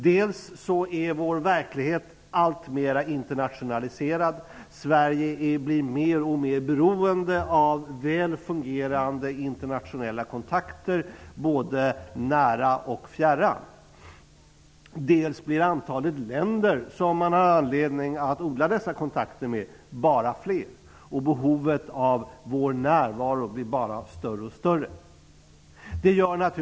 Dels är vår verklighet alltmera internationaliserad. Sverige blir mer och mer beroende av väl fungerande internationella kontakter både nära och fjärran. Dels blir antalet länder som Sverige har anledning att odla kontakter med bara fler. Behovet av vår närvaro blir bara större och större.